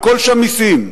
הכול שם מסים.